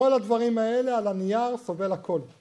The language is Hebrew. ‫כל הדברים האלה על הנייר ‫סובל הכול.